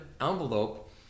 envelope